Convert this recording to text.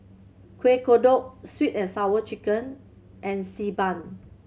Kueh Kodok Sweet And Sour Chicken and Xi Ban